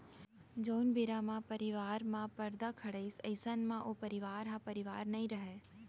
जउन बेरा म परवार म परदा खड़ाइस अइसन म ओ परवार ह परवार नइ रहय